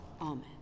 Amen